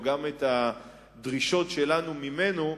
או גם את הדרישות שלנו ממנו,